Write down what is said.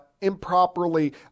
improperly